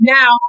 Now